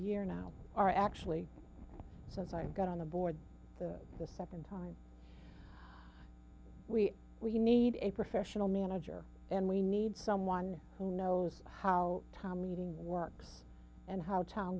year now are actually since i got on the board the second time we we need a professional manager and we need someone who knows how tom meeting works and how town